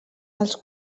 els